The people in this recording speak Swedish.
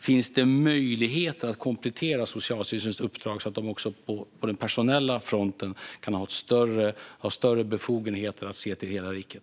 Finns det möjligheter att komplettera Socialstyrelsens uppdrag, så att de också på den personella fronten kan ha större befogenheter att se till hela riket?